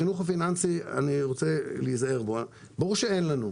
לגבי החינוך הפיננסי ברור שאין לנו.